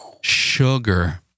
sugar